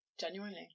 Genuinely